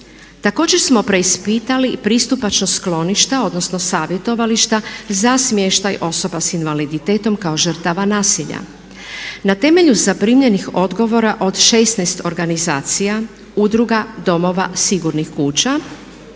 Također smo preispitali pristupačnost skloništa, odnosno savjetovališta za smještaj osoba sa invaliditetom kao žrtava nasilja. Na temelju zaprimljenih odgovora od 16 organizacija, udruga, domova, sigurnih kuća